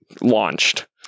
Launched